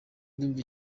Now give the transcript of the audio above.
ndumva